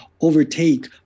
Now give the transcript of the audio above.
overtake